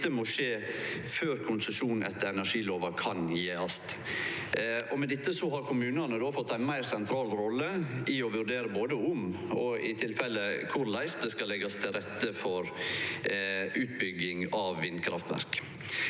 Dette må skje før ein kan gje konsesjon etter energilova. Med dette har kommunane fått ei meir sentral rolle i å vurdere både om og i tilfelle korleis det skal leggjast til rette for utbygging av vindkraftverk.